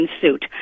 suit